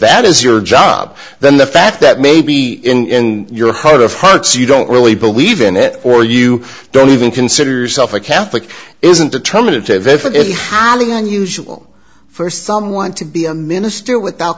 that is your job then the fact that maybe in your heart of hearts you don't really believe in it or you don't even consider yourself a catholic isn't determinative if it is highly unusual for someone to be a minister without